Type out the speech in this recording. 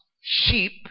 sheep